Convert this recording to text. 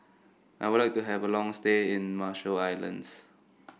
I would like to have a long stay in Marshall Islands